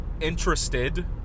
interested